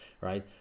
Right